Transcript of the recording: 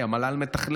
המל"ל מתכלל,